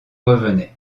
revenait